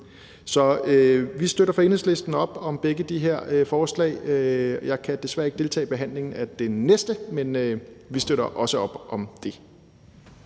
Så vi støtter fra Enhedslistens side begge de her forslag. Jeg kan desværre ikke deltage i behandlingen af det næste forslag, men vi støtter også det.